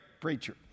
preacher